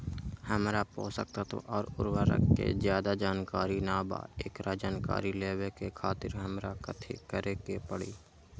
हमरा पोषक तत्व और उर्वरक के ज्यादा जानकारी ना बा एकरा जानकारी लेवे के खातिर हमरा कथी करे के पड़ी?